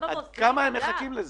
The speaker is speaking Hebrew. כמה הם מחכים לזה.